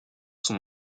son